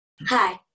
Hi